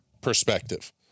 perspective